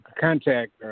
contact